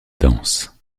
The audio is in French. dense